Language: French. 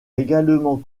également